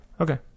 Okay